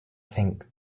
think